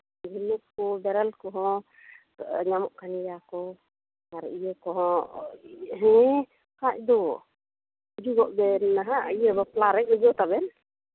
ᱡᱷᱤᱱᱩᱠ ᱠᱚ ᱵᱮᱨᱮᱞ ᱠᱚᱦᱚᱸ ᱧᱟᱢᱚᱜ ᱠᱟᱱ ᱜᱮᱭᱟ ᱠᱚ ᱟᱨ ᱤᱭᱟᱹ ᱠᱚᱦᱚᱸ ᱦᱮᱸ ᱠᱷᱟᱡ ᱫᱚ ᱦᱤᱡᱩᱜᱚᱜ ᱵᱮᱱ ᱱᱟᱦᱟᱜ ᱵᱟᱯᱞᱟᱨᱮ ᱜᱳᱡᱳ ᱛᱟᱵᱮᱱ